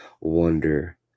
wonder